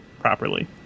properly